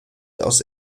aus